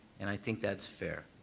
and i think that's fair.